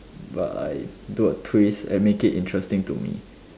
but I do a twist and make it interesting to me